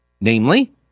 Namely